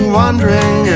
wondering